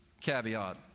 caveat